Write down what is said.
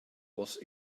was